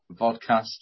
podcast